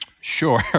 Sure